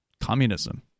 communism